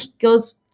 goes